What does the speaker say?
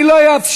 אני לא אאפשר.